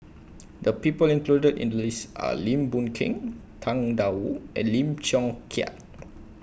The People included in The list Are Lim Boon Keng Tang DA Wu and Lim Chong Keat